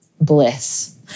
bliss